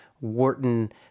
Wharton